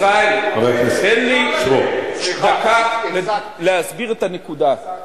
ישראל, תן לי דקה להסביר את הנקודה.